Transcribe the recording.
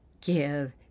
give